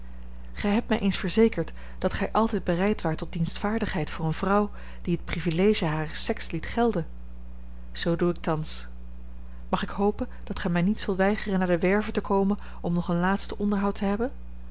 gij hebt mij eens verzekerd dat gij altijd bereid waart tot dienstvaardigheid voor eene vrouw die het privilege harer sexe liet gelden zoo doe ik thans mag ik hopen dat gij mij niet zult weigeren naar de werve te komen om nog een laatste onderhoud te hebben